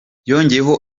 yongeyeho